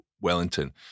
Wellington